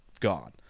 gone